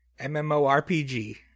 MMORPG